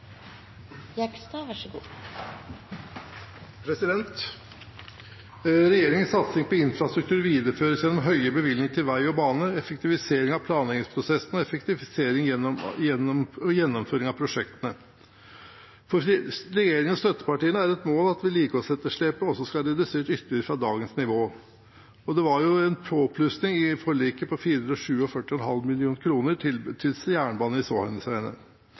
Regjeringens satsing på infrastruktur videreføres gjennom høye bevilgninger til vei og bane, effektivisering av planleggingsprosessen og effektivisering og gjennomføring av prosjektene. For regjeringen og støttepartiene er det et mål at vedlikeholdsetterslepet skal reduseres ytterligere fra dagens nivå. Det var en påplussing i forliket på